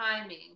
timing